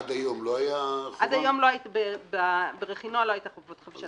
עד היום ברכינוע לא היתה חובת חבישת קסדה.